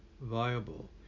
viable